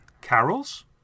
Carols